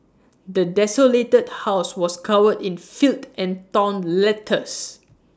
the desolated house was covered in filth and torn letters